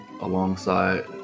alongside